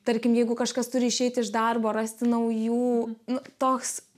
tarkim jeigu kažkas turi išeiti iš darbo rasti naujų nu toks